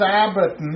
Sabbath